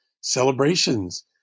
celebrations